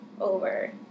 over